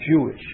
Jewish